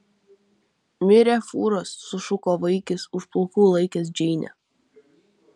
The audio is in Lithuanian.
mirė fūras sušuko vaikis už plaukų laikęs džeinę